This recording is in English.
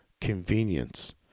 convenience